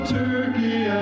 turkey